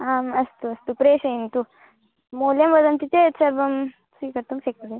आम् अस्तु अस्तु प्रेषयन्तु मूल्यं वदन्ति चेत् सर्वं स्वीकर्तुं शक्यते